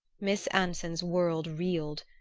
miss anson's world reeled.